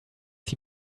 die